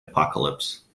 apocalypse